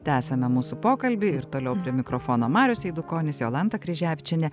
tęsiame mūsų pokalbį ir toliau prie mikrofono marius eidukonis jolanta kryževičienė